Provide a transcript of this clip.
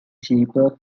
cheaper